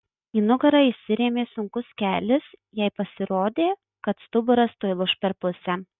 į nugarą įsirėmė sunkus kelis jai pasirodė kad stuburas tuoj lūš per pusę